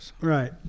Right